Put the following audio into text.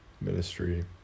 ministry